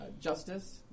Justice